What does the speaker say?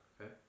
Okay